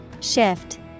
Shift